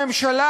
הממשלה